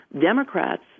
Democrats